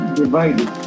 divided